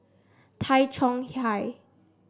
Tay Chong Hai